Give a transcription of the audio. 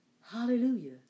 Hallelujah